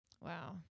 Wow